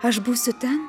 aš būsiu ten